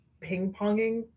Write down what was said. ping-ponging